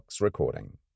recording